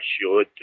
sure